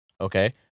okay